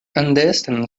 henderson